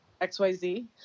XYZ